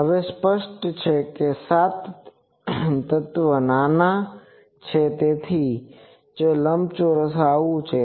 હવે સ્પષ્ટ છે કે સાત તત્વ નાના છે તેથી જ લંબચોરસ આવું છે